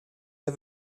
der